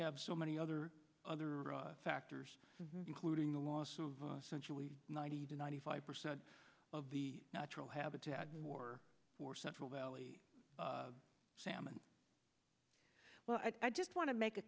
have so many other other factors including the loss of centrally ninety to ninety five percent of the natural habitat more for central valley salmon well i just want to make a